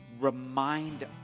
remind